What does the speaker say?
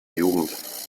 jugend